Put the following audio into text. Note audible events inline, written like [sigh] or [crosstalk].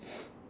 [noise]